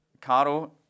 Caro